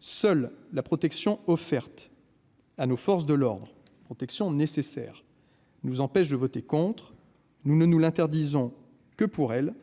seule la protection offerte. à nos forces de l'ordre protection nécessaires. Nous empêche de voter contre, nous ne nous l'interdisons que pour elle